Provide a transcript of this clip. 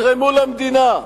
תתרמו למדינה,